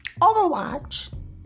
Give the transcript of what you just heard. overwatch